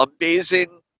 amazing